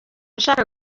ashaka